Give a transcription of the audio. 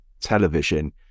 television